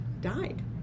died